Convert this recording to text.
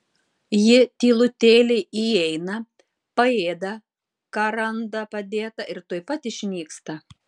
ji tylutėliai įeina paėda ką randa padėta ir tuoj pat išnyksta